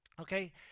okay